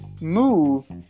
move